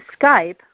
Skype